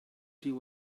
deal